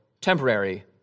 temporary